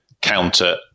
counter